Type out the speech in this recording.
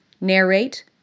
narrate